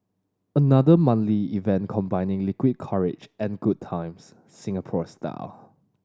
another manly event combining liquid courage and good times Singapore style